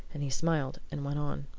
and he smiled and went on.